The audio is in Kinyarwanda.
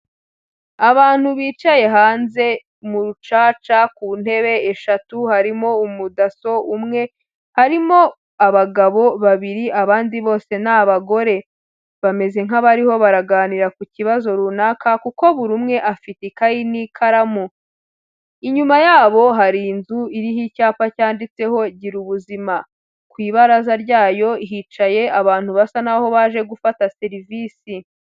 Abantu bicaye hanze mu rucaca ku ntebe eshatu, harimo umu DASSO umwe, harimo abagabo babiri abandi bose ni abagore, bameze nk'abariho baraganira ku kibazo runaka kuko buri umwe afite ikayi n'ikaramu, inyuma yabo hari inzu iriho icyapa cyanditseho girubuzima, ku ibaraza ryayo hicaye abantu basa n'aho baje gufata serivisi.